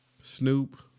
Snoop